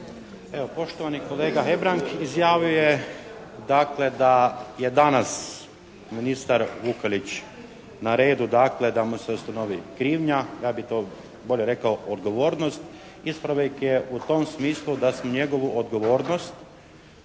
Poštovani kolega Hebrang izjavio je dakle da je danas ministar Vukelić na redu dakle da mu se ustanovi krivnja, ja bi to bolje rekao odgovornost. Ispravak je u tom smislu da se njegovu odgovornost